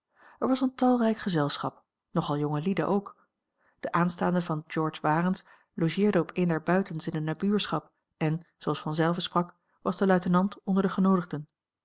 er was een talrijk gezelschap nogal jongelieden ook de aanstaande van george warens logeerde op een der buitens in de nabuurschap en zooals vanzelve sprak was de luitenant onder de genoodigden